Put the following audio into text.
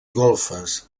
golfes